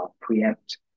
preempt